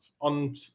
on